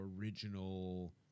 original